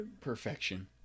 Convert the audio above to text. Perfection